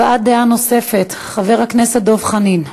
הבעת דעה נוספת, חבר הכנסת דב חנין.